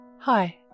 Hi